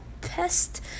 pest